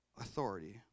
authority